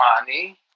money